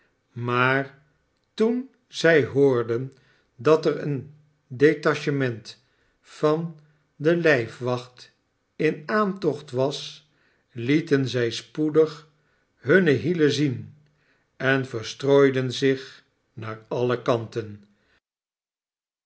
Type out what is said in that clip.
maar toen zij hoorden dat er een detachement van de lijfwacht in aantocht was lieten zij spoedig hunne hielen zien en verstrooiden zich naar alle kanten